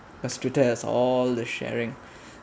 as to tell all the sharing